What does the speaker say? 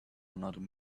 another